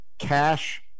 cash